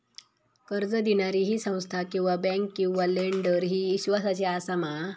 कर्ज दिणारी ही संस्था किवा बँक किवा लेंडर ती इस्वासाची आसा मा?